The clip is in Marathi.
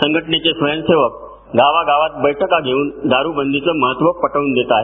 संघटनेचे स्वयंसेवक गावागावांत बैठका घेऊन दारूबंदीचं महत्त्व पटवून देत आहेत